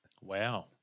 Wow